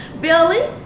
Billy